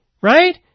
Right